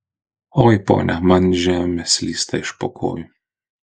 oi ponia man žemė slysta iš po kojų